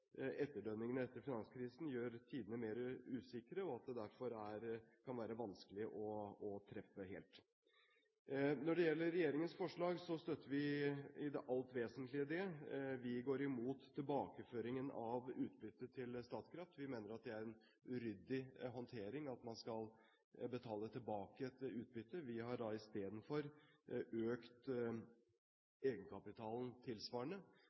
etterdønningene etter finanskrisen gjør tidene mer usikre, og at det derfor kan være vanskelig å treffe helt. Når det gjelder regjeringens forslag, støtter vi i det alt vesentlige det. Vi går imot tilbakeføringen av utbyttet til Statkraft. Vi mener det er en uryddig håndtering at man skal betale tilbake et utbytte. Vi har i stedet økt egenkapitalen tilsvarende.